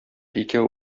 икәү